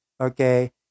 okay